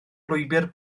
lwybr